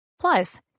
Plus